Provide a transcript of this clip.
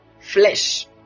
Flesh